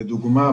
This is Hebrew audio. לדוגמה,